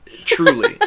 Truly